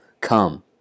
come